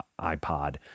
iPod